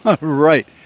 right